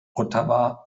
ottawa